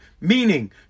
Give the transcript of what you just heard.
Meaning